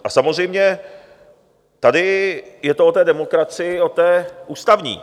A samozřejmě tady je to o té demokracii, o té ústavní.